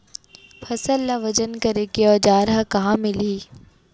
फसल ला वजन करे के औज़ार हा कहाँ मिलही?